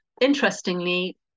Interestingly